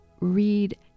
read